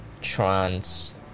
Trans